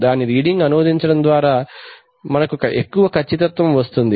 దాని రీడింగ్స్ అనువదించడం ద్వారా మనకు ఎక్కువ ఖచ్చితత్వము వస్తుంది